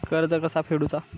कर्ज कसा फेडुचा?